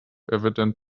evident